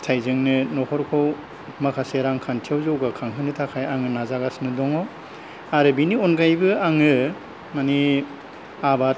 फिथाइजोंनो न'खरखौ माखासे रांखान्थियाव जौगाखांहोनो थाखाय आं नाजागासिनो दङ आरो बिनि अनगायैबो आङो माने आबाद